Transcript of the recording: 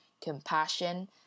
compassion